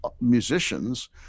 musicians